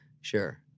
Sure